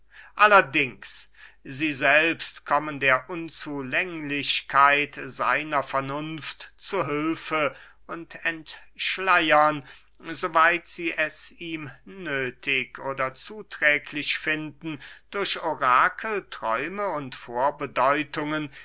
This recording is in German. allerdings sie selbst kommen der unzulänglichkeit seiner vernunft zu hülfe und entschleiern so weit sie es ihm nöthig oder zuträglich finden durch orakel träume und vorbedeutungen